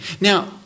Now